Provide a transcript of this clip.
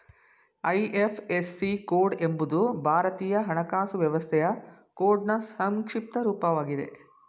IFSC code ಎಂಬುದು ಭಾರತೀಯ ಹಣಕಾಸು ವ್ಯವಸ್ಥೆಯ ಕೋಡ್ನ್ ಸಂಕ್ಷಿಪ್ತ ರೂಪವಾಗಿದೆ